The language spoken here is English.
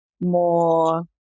more